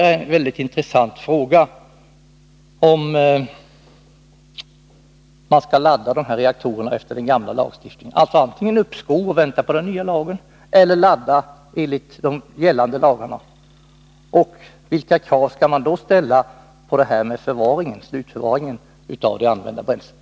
En mycket intressant fråga är alltså om det skall bli uppskov och man skall vänta på den nya lagen, eller om reaktorerna skall laddas enligt de gällande lagarna. Och vilka krav skall man då ställa på slutförvaringen av det använda bränslet?